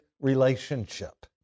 relationship